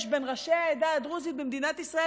בין ראשי העדה הדרוזית במדינת ישראל,